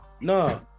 No